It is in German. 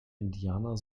indianer